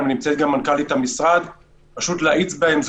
ונמצאת גם מנכ"לית המשרד כדי להאיץ בהם.